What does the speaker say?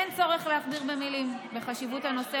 אין צורך להכביר מילים על חשיבות הנושא